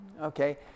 Okay